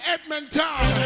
Edmonton